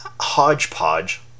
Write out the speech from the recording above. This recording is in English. hodgepodge